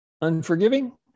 unforgiving